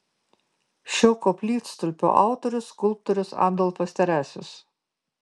šio koplytstulpio autorius skulptorius adolfas teresius